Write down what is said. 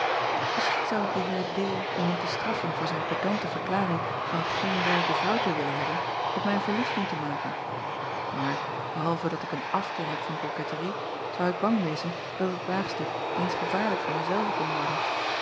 isschien zou ik dien eer om hem te straffen voor zijn pedante verklaring van geen rijke vrouw te willen hebben op mij verliefd moeten maken maar behalve dat ik een afkeer heb van koketterie zou ik bang wezen dat het waagstuk eens gevaarlijk voor mij zelve kon worden